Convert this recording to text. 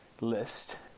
list